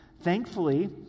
Thankfully